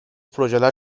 projeler